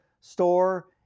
store